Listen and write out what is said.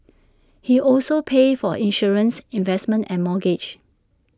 he also pays for insurance investments and mortgage